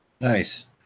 Nice